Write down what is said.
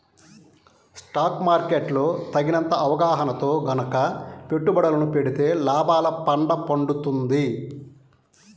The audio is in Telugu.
స్టాక్ మార్కెట్ లో తగిన అవగాహనతో గనక పెట్టుబడులను పెడితే లాభాల పండ పండుతుంది